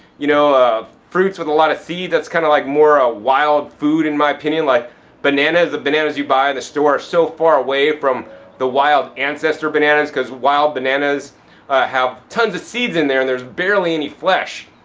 you know. fruits with a lot of seed, that's kind of like more a wild food in my opinion. like bananas, the bananas you buy in the store are so far away from the wild ancestor bananas. because wild bananas have tons of seeds in there and there's barely any flesh.